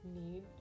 need